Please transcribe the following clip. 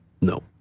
No